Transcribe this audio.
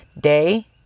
day